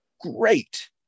Great